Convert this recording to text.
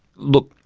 look,